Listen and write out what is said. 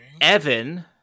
Evan